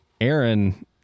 Aaron